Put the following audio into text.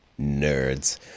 Nerds